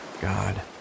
God